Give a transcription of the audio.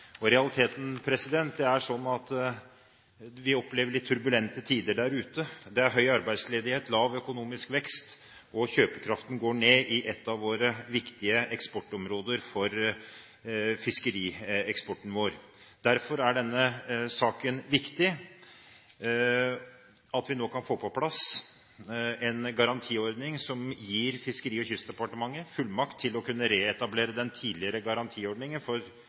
fisk. Realiteten er at vi opplever litt turbulente tider der ute. Det er høy arbeidsledighet, lav økonomisk vekst, og kjøpekraften går ned i ett av våre viktige områder for fiskerieksport. Derfor er det viktig at vi nå kan få på plass en garantiordning som gir Fiskeri- og kystdepartementet fullmakt til å kunne reetablere den tidligere garantiordningen for